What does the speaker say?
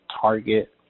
Target